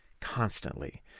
constantly